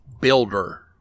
Builder